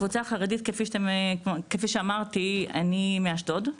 כפי שאמרתי, אני מאשדוד,